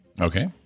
Okay